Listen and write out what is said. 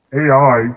ai